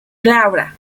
glabra